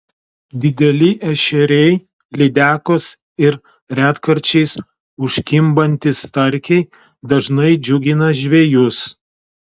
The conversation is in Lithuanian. dideli ešeriai lydekos ir retkarčiais užkimbantys starkiai dažnai džiugina žvejus